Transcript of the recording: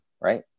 right